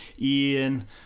ian